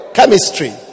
Chemistry